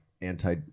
anti